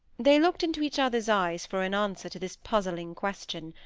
they looked into each other's eyes for an answer to this puzzling question.